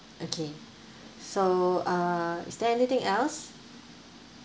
okay so uh is there anything else